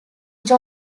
age